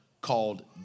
called